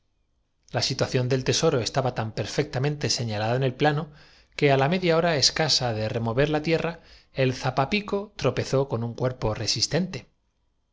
la situación del tesoro estaba tan perfectamente se ñalada en el plano que á la media hora escasa de re mover la tierra el zapapico tropezó en un cuerpo